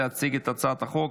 להצבעה.